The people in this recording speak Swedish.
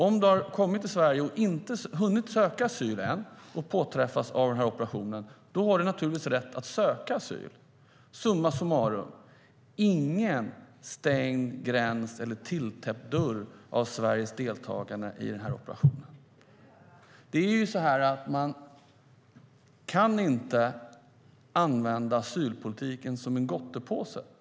Om du har kommit till Sverige och ännu inte hunnit söka asyl och påträffas i den här operationen har du naturligtvis rätt att söka asyl. Man kan inte använda asylpolitiken som en gottpåse.